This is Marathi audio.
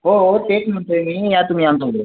हो हो तेच म्हणतोय मी या तुम्ही आमच्या